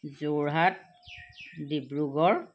Jorhat Dibrugarh